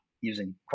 using